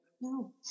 No